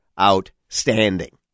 outstanding